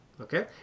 Okay